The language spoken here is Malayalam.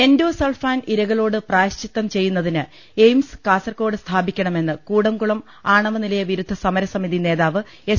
എൻഡോസൾഫാൻ ഇരകളോട് പ്രായശ്ചിത്തം ചെയ്യുന്ന തിന് എയിംസ് കാസർകോട് സ്ഥാപിക്കണ്മെന്ന് കൂടംകുളം ആണവനിലയ വിരുദ്ധ സമര സമിതി നേതാവ് എസ്